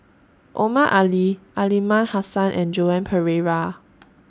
Omar Ali Aliman Hassan and Joan Pereira